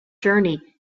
journey